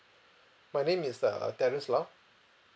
my name is err terence low